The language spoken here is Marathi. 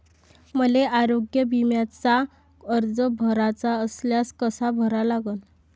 मले आरोग्य बिम्याचा अर्ज भराचा असल्यास कसा भरा लागन?